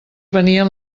venien